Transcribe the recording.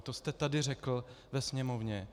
To jste tady řekl ve Sněmovně.